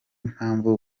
mpamvu